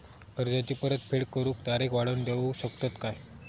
कर्जाची परत फेड करूक तारीख वाढवून देऊ शकतत काय?